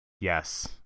Yes